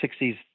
60s